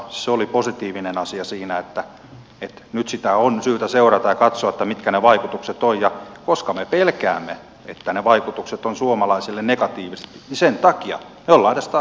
se oli positiivinen asia siinä että nyt sitä on syytä seurata ja katsoa mitkä ne vaikutukset ovat ja koska me pelkäämme että ne vaikutukset ovat suomalaisille negatiiviset niin sen takia me olemme tästä asiasta eri mieltä